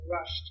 rushed